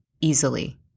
easily